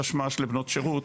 בתשמ"ש לבנות שירות.